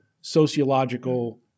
sociological